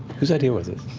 whose idea was this?